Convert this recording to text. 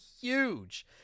huge